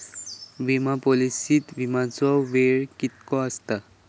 विमा पॉलिसीत विमाचो वेळ कीतको आसता?